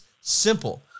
Simple